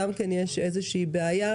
גם כן יש איזושהי בעיה,